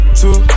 two